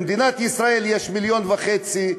במדינת ישראל יש מיליון וחצי,